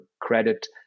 credit